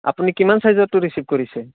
আপুনি কিমান ছাইজৰটো ৰিচিভ কৰিছে